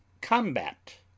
Combat